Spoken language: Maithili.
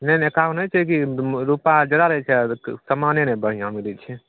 नहि नहि कहावत नहि छै कि रूपा जरा रहै छै आर समाने नहि बढिऑं मिलै छै